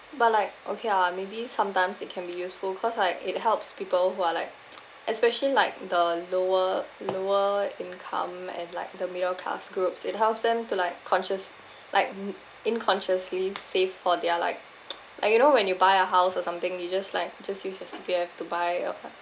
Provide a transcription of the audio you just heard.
but like okay ah maybe sometimes it can be useful cause like it helps people who are like especially like the lower lower income and like the middle class groups it helps them to like conscious~ like mm unconsciously save for their like like you know when you buy a house or something you just like just use your C_P_F to buy or what